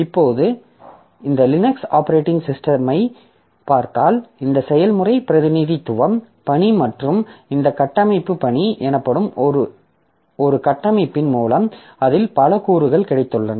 இப்போது இந்த Linux operating சிஸ்டமைப் பார்த்தால் இந்த செயல்முறை பிரதிநிதித்துவம் பணி மற்றும் இந்த கட்டமைப்பு பணி எனப்படும் ஒரு கட்டமைப்பின் மூலம் அதில் பல கூறுகள் கிடைத்துள்ளன